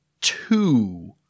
two